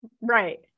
Right